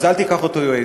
תיקח אותו יועץ,